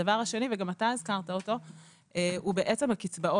הדבר השני, וגם אתה הזכרת אותו, הוא הקצבאות.